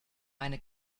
eine